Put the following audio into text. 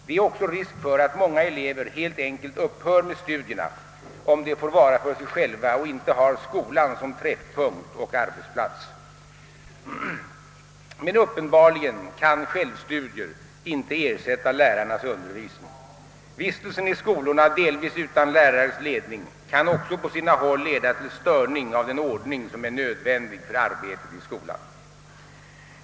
Det är också risk för att många elever helt upphör med studierna, om de får vara för sig själva och inte har skolan som träffpunkt och arbetsplats. Men uppenbarligen kan självstudier inte ersätta lärarnas undervisning. Vistelsen i skolorna, delvis utan lärares ledning, kan också på sina håll leda till störning av den ordning som är nödvändig för arbetet i skolan.